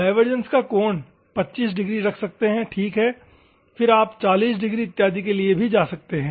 divergence का कोण 25 degree रख सकते हैं ठीक है फिर आप 40 डिग्री इत्यदि के लिए भी जा सकते हैं